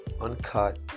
uncut